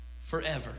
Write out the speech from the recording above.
Forever